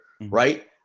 right